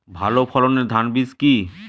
ভালো ফলনের ধান বীজ কি?